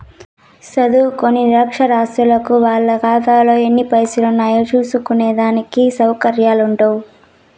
సదుంకోని నిరచ్చరాసులకు వాళ్ళ కాతాలో ఎన్ని పైసలుండాయో సూస్కునే దానికి సవుకర్యాలుండవ్